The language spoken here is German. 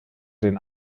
den